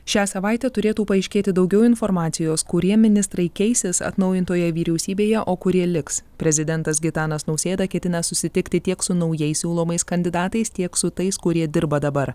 šią savaitę turėtų paaiškėti daugiau informacijos kurie ministrai keisis atnaujintoje vyriausybėje o kurie liks prezidentas gitanas nausėda ketina susitikti tiek su naujai siūlomais kandidatais tiek su tais kurie dirba dabar